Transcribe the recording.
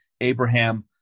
Abraham